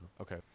Okay